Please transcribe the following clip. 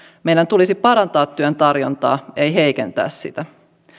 meidän tulisi parantaa työn tarjontaa ei heikentää sitä